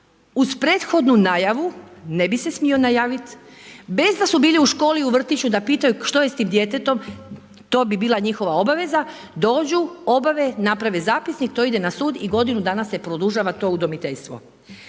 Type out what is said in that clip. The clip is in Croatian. uz prethodnu najavu, ne bi se smio najaviti bez da su bili u školi, u vrtiću da pitaju što je s tim djetetom, to bi bila njihova obaveza, dođu, obave, naprave zapisnik, to ide na sud i godinu dana se produžava to udomiteljstvo.